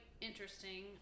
interesting